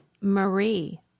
Marie